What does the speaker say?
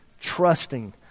trusting